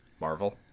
Marvel